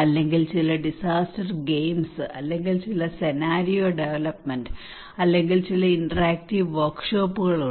അല്ലെങ്കിൽ ചില disaster games അല്ലെങ്കിൽ ചില സെനാരിയോ ഡെവലൊപ്മെന്റ് അല്ലെങ്കിൽ ചില ഇന്ററാക്ടീവ് വർക്ക്ഷോപ്പുകൾ ഉണ്ട്